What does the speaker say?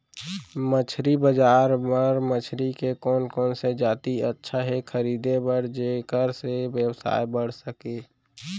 मछली बजार बर मछली के कोन कोन से जाति अच्छा हे खरीदे बर जेकर से व्यवसाय बढ़ सके?